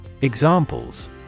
Examples